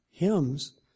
hymns